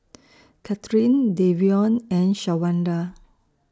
Katherin Davion and Shawanda